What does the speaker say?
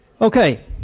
Okay